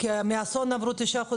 מהאסון עברו תשעה חודשים.